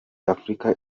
afurika